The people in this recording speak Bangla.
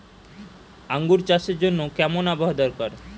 আঙ্গুর চাষের জন্য কেমন আবহাওয়া দরকার?